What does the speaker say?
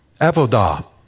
Avodah